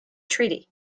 treaty